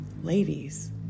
ladies